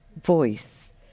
voice